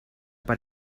per